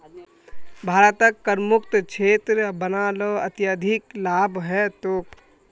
भारतक करमुक्त क्षेत्र बना ल अत्यधिक लाभ ह तोक